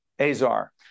Azar